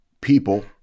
people